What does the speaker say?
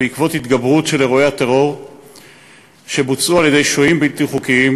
בעקבות התגברות של אירועי הטרור שבוצעו על-ידי שוהים בלתי חוקיים,